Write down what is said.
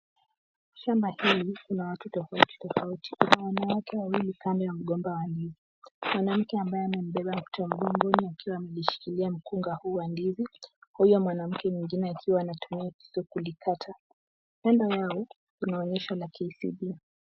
Shamba hili lina watu tofauti tofauti ku a wanawake wawili kando ya mgomba wa ndizi. Mwanamke ambaye amebeba mtoto mgongoni akiwa ameshikilia mkungu wa ndizi huyo mwanamke mwengine akiwa ako na kisu kulikata, kando yao kuna onyesho la KCB.